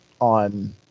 on